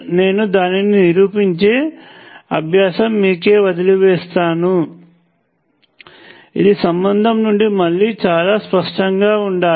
నేను దానిని నిరూపించే అభ్యాసం మీకే వదిలివేస్తాను ఇది సంబంధం నుండి మళ్ళీ చాలా స్పష్టంగా ఉండాలి